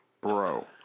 Bro